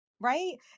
right